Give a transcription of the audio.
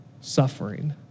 suffering